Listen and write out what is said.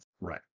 right